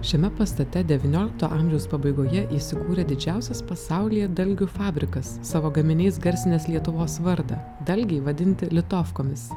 šiame pastate devyniolikto amžiaus pabaigoje įsikūrė didžiausias pasaulyje dalgių fabrikas savo gaminiais garsinęs lietuvos vardą dalgiai vadinti litofkomis